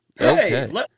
Okay